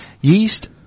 yeast